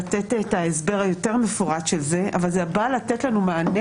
לתת הסבר מפורט של זה אבל זה בא לתת לנו מענה